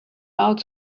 out